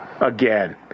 again